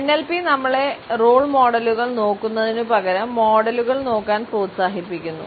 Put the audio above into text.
NLP നമ്മളെ role മോഡലുകൾ നോക്കുന്നതിനുപകരം മോഡലുകൾ നോക്കാൻ പ്രോത്സാഹിപ്പിക്കുന്നു